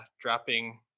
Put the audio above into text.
dropping